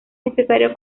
necesario